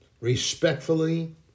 respectfully